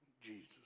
Jesus